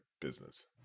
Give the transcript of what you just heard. business